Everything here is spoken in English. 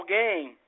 game